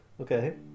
Okay